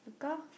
the car